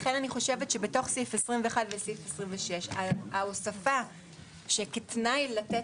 לכן אני חושבת שבתוך סעיפים 21 ו-26 ההוספה של תנאי לתת